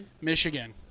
Michigan